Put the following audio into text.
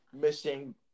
missing